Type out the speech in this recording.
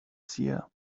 seer